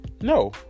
No